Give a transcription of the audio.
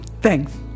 Thanks